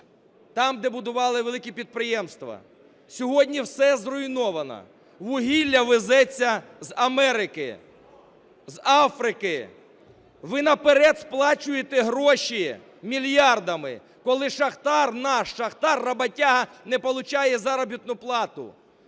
Там, де будували великі підприємства, сьогодні все зруйновано, вугілля везеться з Америки, з Африки, ви наперед сплачуєте гроші мільярдами, коли шахтар, наш шахтар, роботяга, не получает заробітну плату,